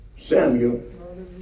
Samuel